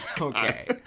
Okay